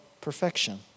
perfection